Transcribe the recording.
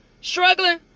Struggling